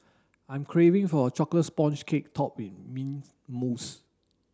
I'm craving for a chocolate sponge cake topped mints mousse